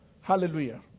Hallelujah